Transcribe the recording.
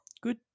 Good